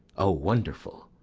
o, wonderful!